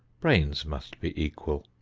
brains must be equal.